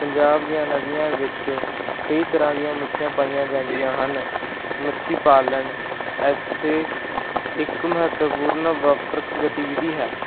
ਪੰਜਾਬ ਦੀਆਂ ਨਦੀਆਂ ਵਿੱਚ ਕਈ ਤਰ੍ਹਾਂ ਦੀਆਂ ਮੱਛੀਆਂ ਪਾਈਆਂ ਜਾਂਦੀਆਂ ਹਨ ਮੱਛੀ ਪਾਲਣ ਇੱਥੇ ਇੱਕ ਮਹੱਤਵਪੂਰਨ ਵਪਾਰਕ ਗਤੀਵਿਧੀ ਹੈ